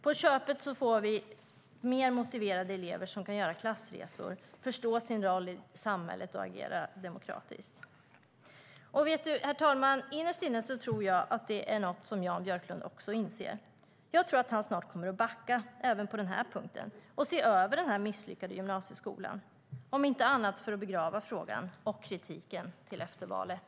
På köpet får vi mer motiverade elever som kan göra klassresor, förstå sin roll i samhället och agera demokratiskt. Herr talman! Innerst inne tror jag att det är något som Jan Björklund också inser. Jag tror att han snart kommer att backa även på denna punkt och se över den misslyckade gymnasieskolan, om inte annat så för att begrava frågan och kritiken till efter valet.